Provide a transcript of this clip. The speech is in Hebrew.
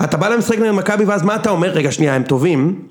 אתה בא למשחק נגד מכבי ואז מה אתה אומר? רגע, שנייה, הם טובים